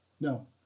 No